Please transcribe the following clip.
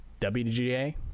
WGA